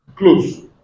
Close